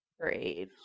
great